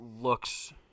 looks